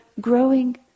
growing